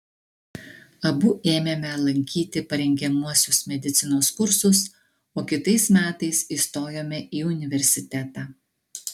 abu ėmėme lankyti parengiamuosius medicinos kursus o kitais metais įstojome į universitetą